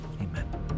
Amen